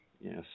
Yes